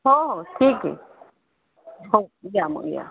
हो हो ठीक आहे हो या मग या